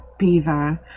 Beaver